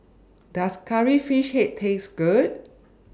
Does Curry Fish Head Taste Good